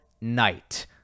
night